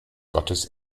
gottes